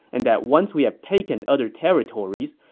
and that once we have taken other territories,